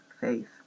faith